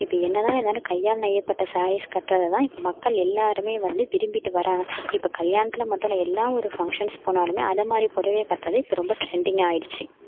இப்போ என்ன தான் இருந்தாலும் கையால் நெய்யப்பட்ட சாரீஸ் கட்டுறத தான் இப்போ மக்கள் எல்லாேருமே வந்து விரும்பிகிட்டு வராங்க இப்போ கல்யாணத்தில் மட்டும் இல்லை எல்லா ஊர் ஃபங்க்ஷன்ஸ் போனாலுமே அது மாதிரி புடவைய கட்டுறது இப்போ ரொம்ப ட்ரெண்டிங் ஆகிடிச்சி